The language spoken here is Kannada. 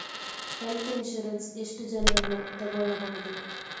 ಹೆಲ್ತ್ ಇನ್ಸೂರೆನ್ಸ್ ಎಷ್ಟು ಜನರನ್ನು ತಗೊಳ್ಬಹುದು?